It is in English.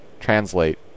translate